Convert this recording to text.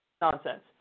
nonsense